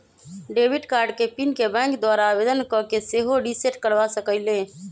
debit card के PIN के bank द्वारा आवेदन कऽ के सेहो रिसेट करबा सकइले